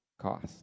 cost